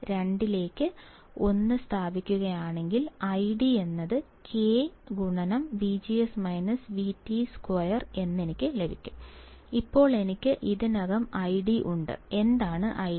രണ്ടിലേക്ക് ഒന്ന് സ്ഥാപിക്കുകയാണെങ്കിൽ ID K 2 ഇപ്പോൾ എനിക്ക് ഇതിനകം ഐഡി ഉണ്ട് എന്താണ് ഐഡി